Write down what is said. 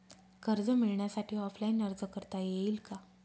कर्ज मिळण्यासाठी ऑफलाईन अर्ज करता येईल का?